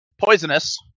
Poisonous